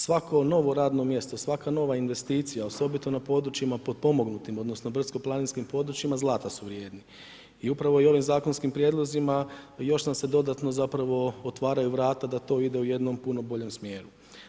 Svako novo radno mjesto, svaka nova investicija, osobito na područjima potpomognutim, odnosno brdsko planinskim područjima zlata su vrijedni i upravo i ovim zakonskim prijedlozima još nam se dodatno zapravo otvaraju vrata da to ide u jednom puno boljem smjeru.